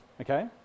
okay